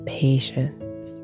patience